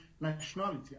nationality